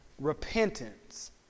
repentance